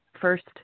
first